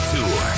Tour